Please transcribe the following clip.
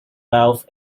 wealth